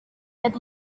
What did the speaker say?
with